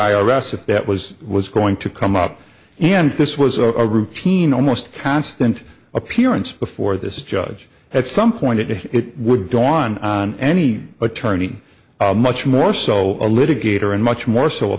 s if that was was going to come up and this was a routine almost constant appearance before this judge at some point it it would dawn on any attorney much more so a litigator and much more so a